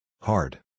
Hard